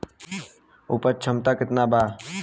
उपज क्षमता केतना वा?